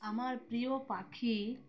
আমার প্রিয় পাখি